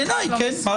בעיניי כן.